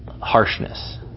harshness